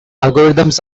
algorithms